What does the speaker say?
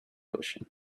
ocean